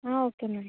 ఆ okay madam